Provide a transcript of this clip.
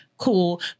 cool